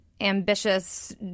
ambitious